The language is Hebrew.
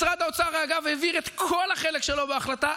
משרד האוצר העביר את כל החלק שלו בהחלטה,